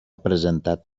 presentat